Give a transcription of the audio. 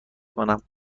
کنم